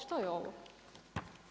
Što je ovo?